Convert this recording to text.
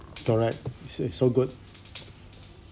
correct it is so good